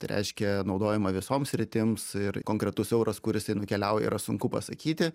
tai reiškia naudojama visoms sritims ir konkretus euras kur jisai nukeliauja yra sunku pasakyti